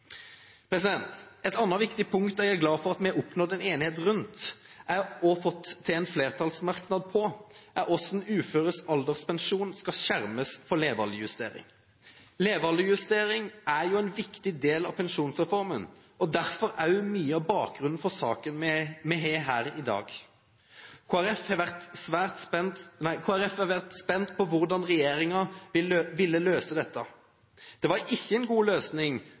Et annet viktig punkt jeg er glad for at vi har oppnådd enighet rundt, og fått til en flertallsmerknad på, er hvordan uføres alderspensjon skal skjermes for levealdersjustering. Levealdersjustering er en viktig del av pensjonsreformen og derfor også mye av bakgrunnen for saken vi har her i dag. Kristelig Folkeparti har vært spent på hvordan regjeringen ville løse dette. Det var ikke en god løsning